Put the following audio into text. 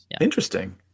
interesting